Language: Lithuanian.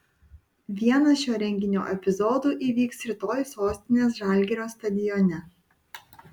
vienas šio renginio epizodų įvyks rytoj sostinės žalgirio stadione